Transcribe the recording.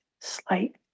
slight